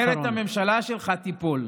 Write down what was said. אחרת הממשלה שלך תיפול.